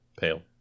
Pale